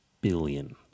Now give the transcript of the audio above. billion